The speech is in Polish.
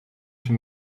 się